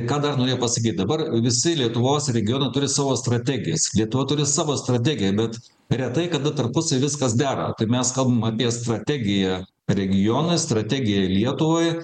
ką dar norėjau pasakyt dabar visi lietuvos regionai turi savo strategijas lietuva turi savo strategiją bet retai kada tarpusavy viskas dera tai mes kalbam apie strategiją regionui strategiją lietuvai